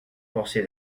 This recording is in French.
forcés